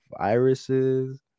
viruses